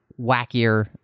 wackier